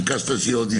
ביקשת שתהיה עוד אישה.